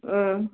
ம்